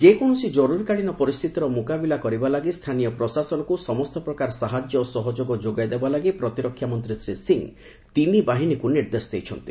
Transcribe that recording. ଯେକୌଣସି ଜରୁରୀକାଳୀନ ପରିସ୍ଥିତିର ମୁକାବିଲା କରିବା ଲାଗି ସ୍ଥାନୀୟ ପ୍ରଶାସନକୁ ସମସ୍ତ ପ୍ରକାର ସାହାଯ୍ୟ ଓ ସହଯୋଗ ଯୋଗାଇ ଦେବା ଲାଗି ପ୍ରତିରକ୍ଷା ମନ୍ତ୍ରୀ ଶ୍ରୀ ସିଂହ ତିନିବାହିନୀକୁ ନିର୍ଦ୍ଦେଶ ଦେଇଛନ୍ତି